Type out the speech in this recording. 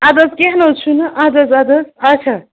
اَدٕ حظ کیٚنٛہہ نہٕ حظ چھُنہٕ اَدٕ حظ اَدٕ حظ اچھا